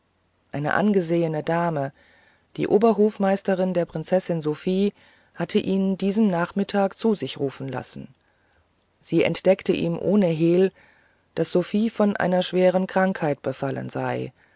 eine angesehene dame die oberhofmeisterin der prinzessin sophie hatte ihn diesen nachmittag zu sich rufen lassen sie entdeckte ihm ohne hehl daß sophie von einer schweren krankheit befallen sei